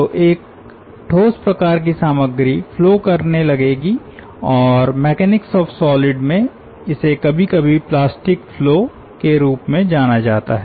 तो एक ठोस प्रकार की सामग्री फ्लो करने लगेगी और मैकेनिक्स ऑफ़ सॉलिड्स में इसे कभी कभी प्लास्टिक फ्लो के रूप में जाना जाता है